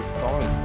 story